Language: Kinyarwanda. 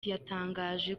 yatangaje